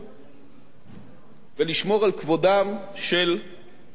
ולשמור על כבודם של אנשי האוצר ופקידי האוצר.